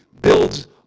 builds